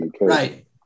Right